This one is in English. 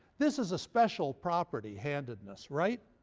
this is a special property, handedness. right?